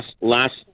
last